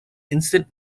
instant